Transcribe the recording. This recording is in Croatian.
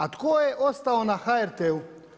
A tko je ostao na HRT-u?